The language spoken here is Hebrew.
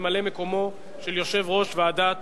ממלא-מקומו של יושב-ראש ועדת